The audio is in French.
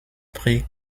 prix